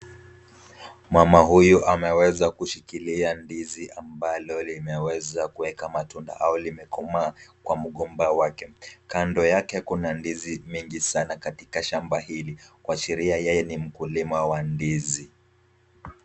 Mama huyu ameweza kushikilia ndizi ambalo limeweza kuweka matunda au limekomaa kwa mgomba wake. Kando yake kuna ndizi mingi sana katika shamba hili kuashiria kwamba yeye ni mkulima wa ndizi.